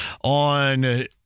on –